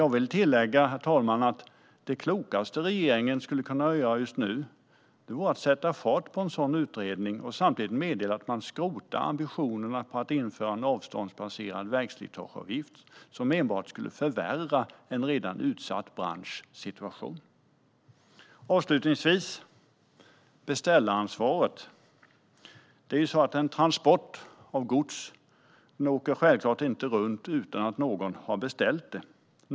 Jag vill tillägga att det klokaste som regeringen skulle kunna göra just nu vore att sätta fart på en sådan utredning och samtidigt meddela att man skrotar ambitionerna om att införa en avståndsbaserad vägslitageavgift som enbart skulle förvärra situationen för en redan utsatt bransch. Avslutningsvis ska jag ta upp beställaransvaret. En transport av gods åker självklart inte runt utan att någon har beställt transporten.